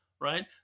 right